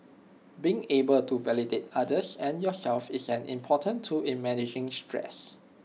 being able to validate others and yourself is an important tool in managing stress